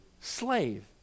slave